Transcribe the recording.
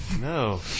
No